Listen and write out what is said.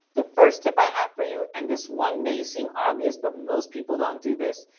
the first tip i have for you, and this one may seem obvious, but most people don't do this,